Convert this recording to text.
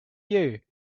you